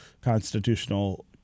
constitutional